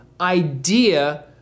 idea